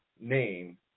name